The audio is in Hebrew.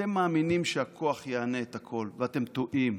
אתם מאמינים שהכוח יענה את הכול, ואתם טועים.